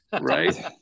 right